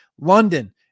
London